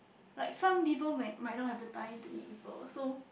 like some people might might not have the time to meet people so